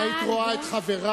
אם היית את רואה את חברייך,